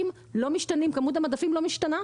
כמות המדפים לא משתנה,